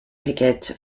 piquet